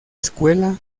escuela